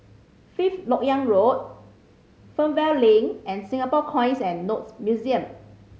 Fifth Lok Yang Road Fernvale Link and Singapore Coins and Notes Museum